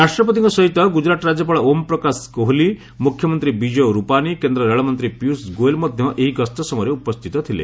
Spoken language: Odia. ରାଷ୍ଟ୍ରପତିଙ୍କ ସହିତ ଗୁଜରାଟ ରାଜ୍ୟପାଳ ଓମ୍ ପ୍ରକାଶ କୋହଲି ମୁଖ୍ୟମନ୍ତ୍ରୀ ବିଜୟ ରୂପାନିୀ କେନ୍ଦ୍ର ରେଳମନ୍ତ୍ରୀ ପିୟୁଷ ଗୋଏଲ୍ ମଧ୍ୟ ଏହି ଗସ୍ତ ସମୟରେ ଉପସ୍ଥିତ ଥିଲେ